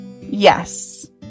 Yes